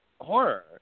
horror